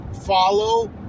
Follow